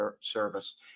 Service